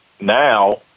Now